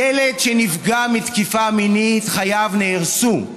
ילד שנפגע מתקיפה מינית, חייו נהרסו,